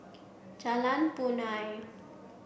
Jalan Punai